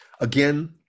Again